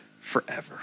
forever